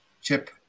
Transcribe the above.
chip